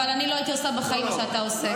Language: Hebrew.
אבל אני לא הייתי עושה בחיים מה שאתה עושה.